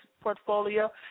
portfolio